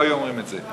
לא היו אומרים את זה,